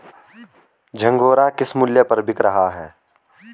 झंगोरा किस मूल्य पर बिक रहा है?